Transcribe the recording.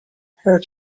her